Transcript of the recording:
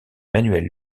manuels